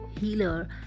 healer